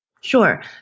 Sure